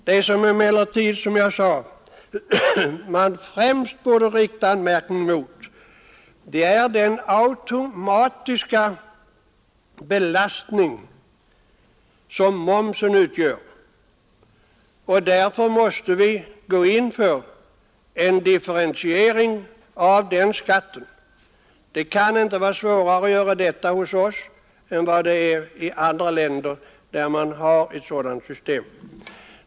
Det man dock främst borde rikta anmärkning emot är den automatiska belastning som momsen utgör. Därför måste vi gå in för en differentiering av den skatten. Det kan inte vara svårare att göra det hos oss än vad det är i andra länder där man har ett sådant system.